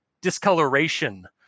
discoloration